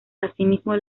asimismo